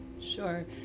Sure